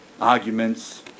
arguments